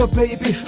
baby